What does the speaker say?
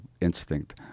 instinct